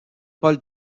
paul